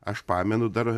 aš pamenu dar